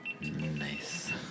Nice